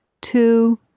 two